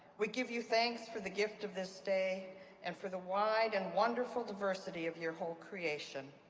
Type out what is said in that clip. we give you thanks for the gift of this day and for the wide and wonderful diversity of your whole creation.